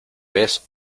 vez